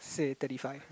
say thirty five